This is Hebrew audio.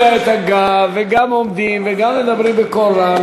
מפנים אליה את הגב וגם עומדים וגם מדברים בקול רם,